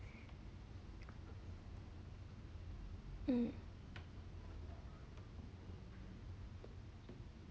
mm